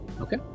Okay